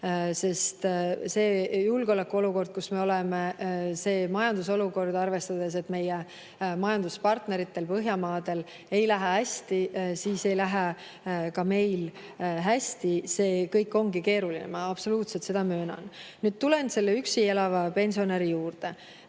See julgeolekuolukord, kus me oleme, see majandusolukord, arvestades, et meie majanduspartneritel, Põhjamaadel ei lähe hästi, siis ei lähe ka meil hästi. See kõik ongi keeruline, ma absoluutselt seda möönan. Tulen selle üksi elava pensionäri juurde.